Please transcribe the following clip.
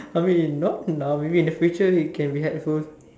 I mean not now maybe in the future it can be helpful